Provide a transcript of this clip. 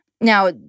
Now